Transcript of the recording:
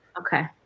Okay